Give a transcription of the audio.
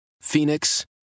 Phoenix